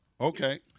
Okay